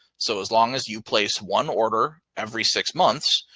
so as long as you place one order every six months,